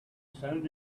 soon